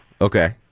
Okay